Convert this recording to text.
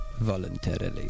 Voluntarily